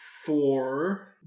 four